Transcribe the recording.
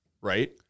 right